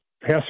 pass